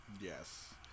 Yes